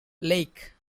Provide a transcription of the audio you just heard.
lake